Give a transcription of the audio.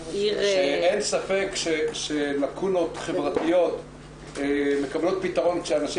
שאין ספק שלקונות חברתיות מקבלות פתרון כשאנשים